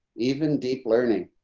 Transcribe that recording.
even deep learning,